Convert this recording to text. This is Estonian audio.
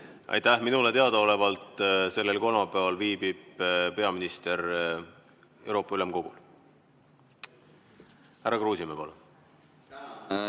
Aitäh! Minule teadaolevalt sellel kolmapäeval viibib peaminister Euroopa Ülemkogul. Härra Kruusimäe, palun!